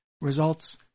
results